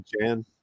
Jan